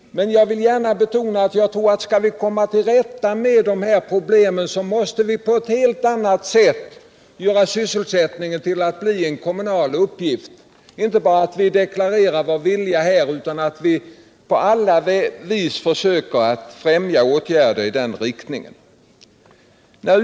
Men jag vill betona att vi för att komma till rätta med dessa problem på ett helt annat sätt än hittills måste göra sysselsättningen till en kommunal uppgift. Det räcker inte med att vi här deklarerar vår vilja, utan vi måste på alla sätt försöka främja åtgärder i sysselsättningsskapande riktning.